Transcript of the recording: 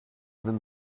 even